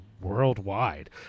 worldwide